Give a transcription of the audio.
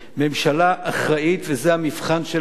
ממשלה אחראית וזה המבחן שלה,